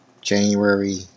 January